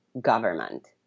government